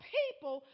people